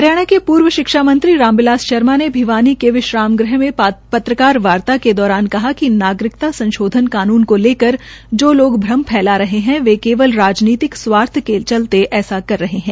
हरियाणा के पर्व शिक्षा मंत्री राम बिलास शर्मा ने भिवानी के विश्राम गृह में पत्रकार के दौरान कहा कि कि नागरिकता संशोधन कानून को लेकर जो लोग भ्रम फैला रहे है वे केवल राजनीतिक स्वार्थ के चलते ऐसा कर रहे है